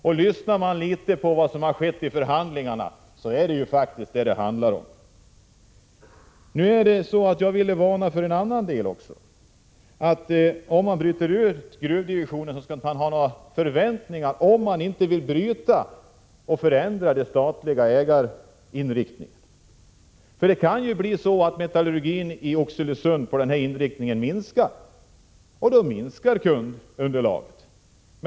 Det finner man om man lyssnar litet grand på vad som har framkommit i förhandlingarna. Jag vill också varna för en annan sak. Om man bryter ut gruvdivisionen skall man inte ha några förväntningar, om man inte vill bryta och förändra den statliga ägarinriktningen. Det kan bli så att metallurgin i Oxelösund minskar, och då minskar kundunderlaget.